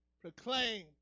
proclaim